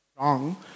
wrong